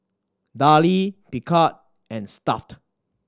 Darlie Picard and Stuff'd